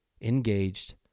engaged